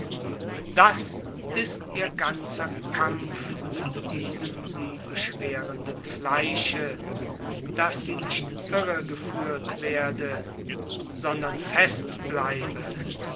das ist ihr ganzer kampf mit diesem sie beschwerenden fleische daß sie nicht irre geführt werde sondern fest bleibe